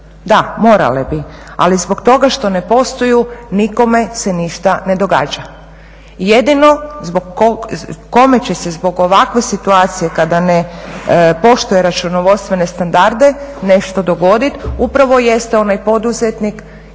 Da, morale bi. Ali zbog toga što ne posluju nikome se ništa ne događa. Jedino kome će se zbog ovakve situacije kada ne poštuje računovodstvene standarde nešto dogoditi upravo jeste onaj poduzetnik